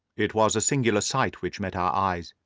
it was a singular sight which met our eyes.